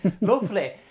Lovely